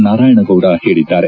ನಾರಾಯಣಗೌಡ ಹೇಳಿದ್ದಾರೆ